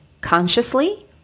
consciously